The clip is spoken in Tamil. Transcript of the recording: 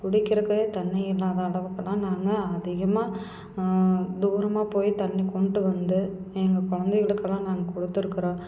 குடிக்கிறக்கே தண்ணி இல்லாத அளவுக்கு எல்லாம் நாங்கள் அதிகமாக தூரமாக போய் தண்ணி கொண்ட்டு வந்து எங்கள் குழந்தைகளுக்கெல்லாம் நாங்கள் கொடுத்துருக்குறோம்